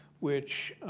which